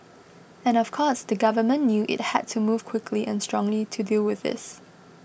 and of course the government knew it had to move quickly and strongly to deal with this